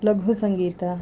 ಲಘು ಸಂಗೀತ